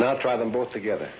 not try them both together